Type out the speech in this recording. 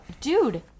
dude